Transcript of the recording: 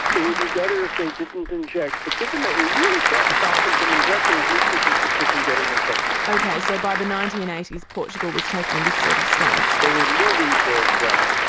it would be better if they didn't inject but given that really can't stop them from injecting at least we can keep them from getting infected. ok, so by the nineteen eighty s portugal was taking this sort of stance? they were moving towards that.